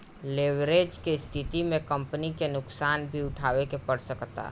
leverage के स्थिति में कंपनी के नुकसान भी उठावे के पड़ सकता